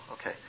Okay